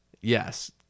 Yes